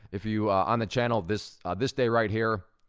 if you, on the channel, this ah this day right here,